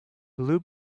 blue